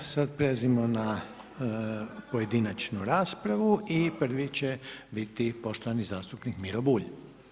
Sada prelazimo na pojedinačnu raspravu i prvi će biti poštovani zastupnik Miro Bulj.